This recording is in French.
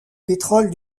pétrole